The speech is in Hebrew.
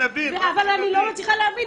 אני לא מצליחה להבין,